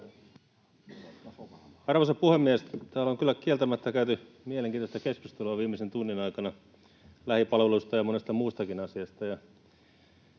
Arvoisa puhemies! Täällä on kyllä kieltämättä käyty mielenkiintoista keskustelua viimeisen tunnin aikana lähipalveluista ja monesta muustakin asiasta.